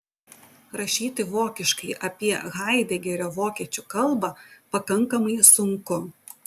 rašyti vokiškai apie haidegerio vokiečių kalbą pakankamai sunku